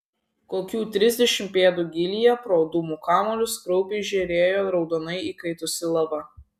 kokių trisdešimt pėdų gylyje pro dūmų kamuolius kraupiai žėrėjo raudonai įkaitusi lava